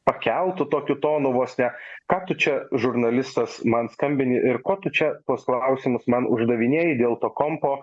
pakeltu tokiu tonu vos ne ką tu čia žurnalistas man skambini ir ko tu čia tuos klausimus man uždavinėji dėl to kompo